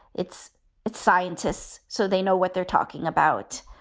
it's its scientists. so they know what they're talking about.